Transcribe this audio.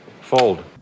Fold